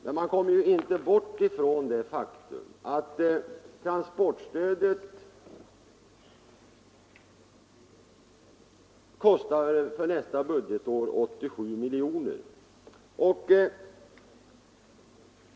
Men man kommer inte ifrån det faktum att transportstödet för nästa budgetår kostar 87 miljoner kronor.